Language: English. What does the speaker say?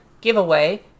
giveaway